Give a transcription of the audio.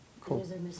Cool